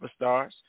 superstars